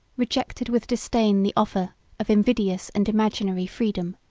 rejected with disdain the offer of invidious and imaginary freedom.